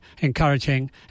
encouraging